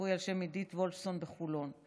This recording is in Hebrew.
רפואי על שם אידית וולפסון בחולון.